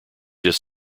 just